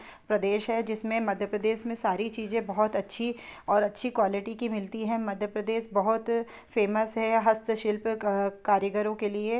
प्रदेश है जिसमें मध्यप्रदेश में सारी चीज़ें बहुत अच्छी और अच्छी क्वालिटी की मिलती है मध्यप्रदेश बहुत फेमस है हस्तशिल्प कारीगरों के लिए